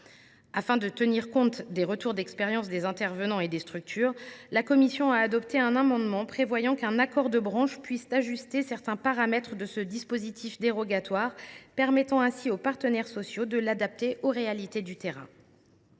Afin de tenir compte des retours d’expérience des intervenants et des structures, la commission a adopté un amendement aux termes duquel un accord de branche pourra ajuster certains paramètres de ce dispositif dérogatoire, afin de permettre aux partenaires sociaux de l’adapter aux réalités du terrain.